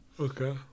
Okay